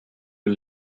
the